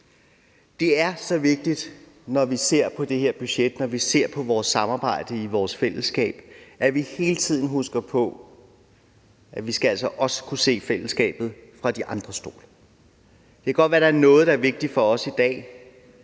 Det er så vigtigt, når vi ser på det her budget, når vi ser på vores samarbejde i vores fællesskab, at vi hele tiden husker på, at vi altså også skal kunne se fællesskabet fra de andres stol. Det kan godt være, at der er noget, der er vigtigt for os i dag,